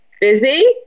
busy